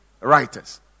writers